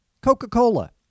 Coca-Cola